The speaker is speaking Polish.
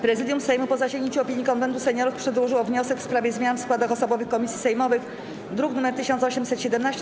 Prezydium Sejmu, po zasięgnięciu opinii Konwentu Seniorów, przedłożyło wniosek w sprawie zmian w składach osobowych komisji sejmowych, druk nr 1817.